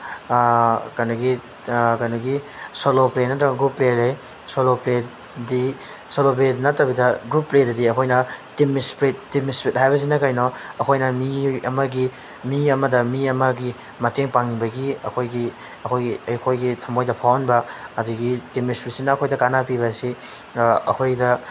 ꯀꯩꯅꯣꯒꯤ ꯀꯩꯅꯣꯒꯤ solo play ꯅꯠꯇ꯭ꯔꯒ ꯒ꯭ꯔꯨꯞ ꯄ꯭ꯂꯦ ꯂꯩ ꯁꯣꯂꯣ ꯄ꯭ꯂꯦꯗꯤ ꯁꯣꯂꯣ ꯄ꯭ꯂꯦ ꯅꯠꯇꯕꯤꯗ ꯒ꯭ꯔꯨꯞ ꯄ꯭ꯂꯦꯗꯗꯤ ꯑꯩꯈꯣꯏꯅ ꯇꯤꯝ ꯏꯁꯄꯤꯔꯤꯠ ꯇꯤꯝ ꯏꯁꯄꯤꯔꯤꯠ ꯍꯥꯏꯕꯁꯤꯅ ꯀꯩꯅꯣ ꯑꯩꯈꯣꯏꯅ ꯃꯤ ꯑꯃꯒꯤ ꯃꯤ ꯑꯃꯗ ꯃꯤ ꯑꯃꯒꯤ ꯃꯇꯦꯡ ꯄꯥꯡꯅꯤꯡꯕꯒꯤ ꯑꯩꯈꯣꯏꯒꯤ ꯑꯩꯈꯣꯏꯒꯤ ꯑꯩꯈꯣꯏꯒꯤ ꯊꯝꯃꯣꯏꯗ ꯐꯥꯎꯍꯟꯕ ꯑꯗꯒꯤ ꯇꯤꯝ ꯏꯁꯄꯤꯔꯤꯠꯁꯤꯅ ꯑꯩꯈꯣꯏꯗ ꯀꯥꯟꯅꯕ ꯄꯤꯕ ꯑꯁꯤ ꯑꯩꯈꯣꯏꯗ